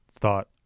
thought